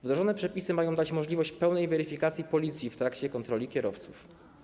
Wdrożone przepisy mają dać policji możliwość pełnej weryfikacji danych w trakcie kontroli kierowców.